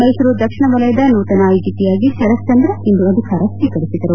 ಮೈಸೂರು ದಕ್ಷಿಣ ವಲಯದ ನೂತನ ಐಜಿಪಿಯಾಗಿ ಶರತ್ಚಂದ್ರ ಇಂದು ಅಧಿಕಾರ ಸ್ವೀಕರಿಸಿದರು